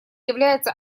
является